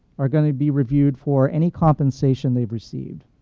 are going to be reviewed for any compensation they've received.